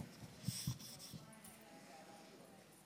תודה רבה, גברתי היושבת-ראש.